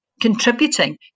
contributing